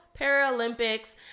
paralympics